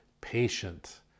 patient